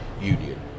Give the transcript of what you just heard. union